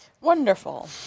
Wonderful